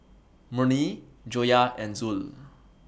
Murni Joyah and Zul